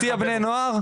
אתה מרתיע בני נוער?